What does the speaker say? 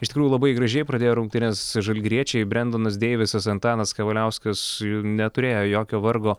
iš tikrųjų labai gražiai pradėjo rungtynes žalgiriečiai brendonas deivisas antanas kavaliauskas neturėjo jokio vargo